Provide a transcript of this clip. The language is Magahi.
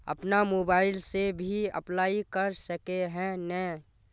अपन मोबाईल से भी अप्लाई कर सके है नय?